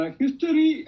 history